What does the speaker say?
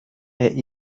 est